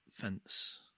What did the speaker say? fence